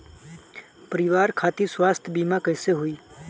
परिवार खातिर स्वास्थ्य बीमा कैसे होई?